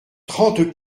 trente